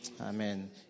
Amen